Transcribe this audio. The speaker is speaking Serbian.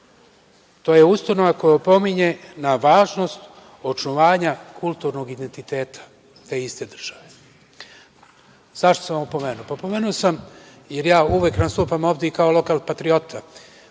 je ustanova koja opominje na važnost očuvanja kulturnog identiteta te iste države. Zašto sam ovo pomenuo? Pomenuo sam, jer ja uvek nastupam ovde i kao lokal patriota.